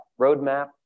roadmap